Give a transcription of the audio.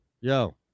Yo